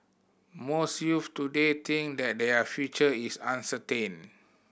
most youths today think that their future is uncertain